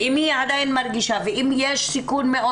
ואם היא עדיין מרגישה ואם יש סיכון מאוד